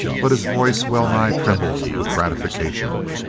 but his voice well-nigh trembled with gratification.